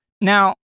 now